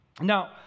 Now